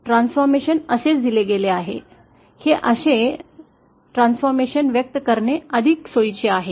परिवर्तन असेच दिले गेले आहे हे असे परिवर्तन व्यक्त करणे अधिक सोयीचे आहे